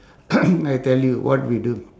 I tell you what we do